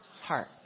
heart